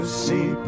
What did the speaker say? see